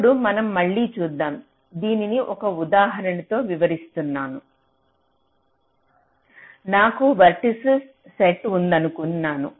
ఇప్పుడు మనం మళ్ళీ చూద్దాం దీనిని ఒక ఉదాహరణ తో వివరిస్తున్నాం నాకు వెర్టిసిస్ సెట్ ఉందనుకున్నాను